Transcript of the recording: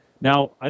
Now